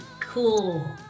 cool